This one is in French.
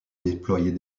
déployer